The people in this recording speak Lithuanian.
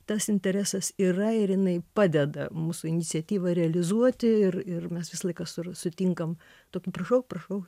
tas interesas yra ir jinai padeda mūsų iniciatyvą realizuoti ir ir mes visą laiką sutinkam tokių prašau prašau